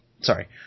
Sorry